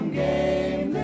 game